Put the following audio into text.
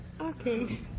Okay